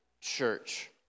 church